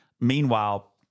meanwhile